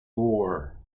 war